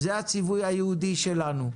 זה הציווי היהודי שלנו.